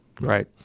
Right